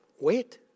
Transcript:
Wait